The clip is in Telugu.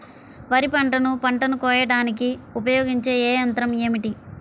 వరిపంటను పంటను కోయడానికి ఉపయోగించే ఏ యంత్రం ఏమిటి?